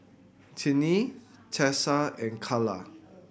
Tinie Tessa and Calla